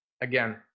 Again